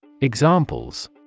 Examples